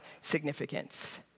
significance